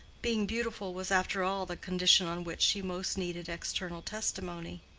being beautiful was after all the condition on which she most needed external testimony.